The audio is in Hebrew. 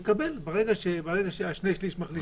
ברגע ששני-שליש מחליטים הוא יקבל.